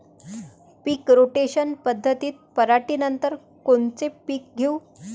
पीक rotation पद्धतीत पराटीनंतर कोनचे पीक घेऊ?